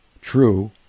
True